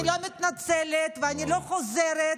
אני לא מתנצלת ואני לא חוזרת.